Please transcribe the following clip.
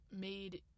made